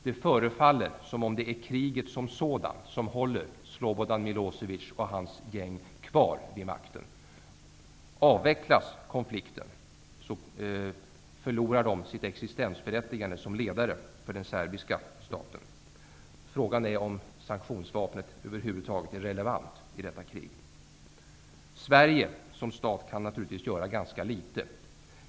Det förefaller som om det är kriget som sådant som håller Slobodan Milosevic och hans gäng kvar vid makten. Om konflikten avvecklas förlorar de sitt existensberättigande som ledare för den serbiska staten. Frågan är om sanktionsvapnet över huvud taget är relevant i detta krig. Sverige som stat kan naturligtvis göra ganska litet.